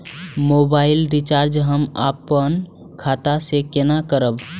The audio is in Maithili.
मोबाइल रिचार्ज हम आपन खाता से कोना करबै?